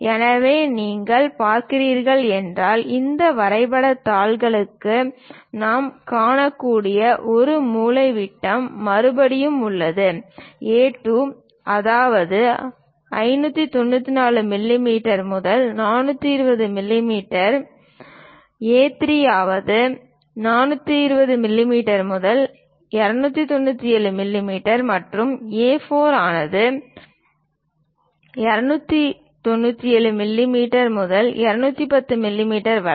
எனவே நீங்கள் பார்க்கிறீர்கள் என்றால் இந்த வரைபடத் தாள்களுக்கு நாம் காணக்கூடிய ஒரு மூலைவிட்ட மறுபடியும் உள்ளது A2 அதாவது 594 மிமீ முதல் 420 மிமீ ஏ 3 அதாவது 420 மிமீ முதல் 297 மிமீ மற்றும் ஏ 4 அதாவது 297 மிமீ முதல் 210 மிமீ வரை